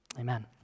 amen